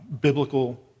biblical